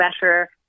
better